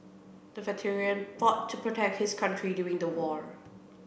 the veteran fought to protect his country during the war